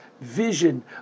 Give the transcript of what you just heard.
vision